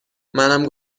منم